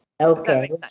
Okay